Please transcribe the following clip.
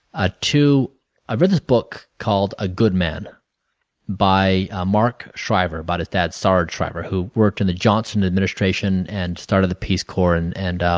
ah two. i read this book called a good man by ah mark shriver about his dad sarge shriver who worked in the johnson administration and started the peace corp and and